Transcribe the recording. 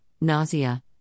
nausea